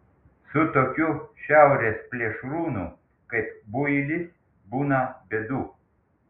su tokiu šiaurės plėšrūnu kaip builis būna bėdų